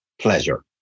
pleasure